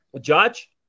judge